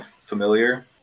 familiar